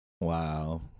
Wow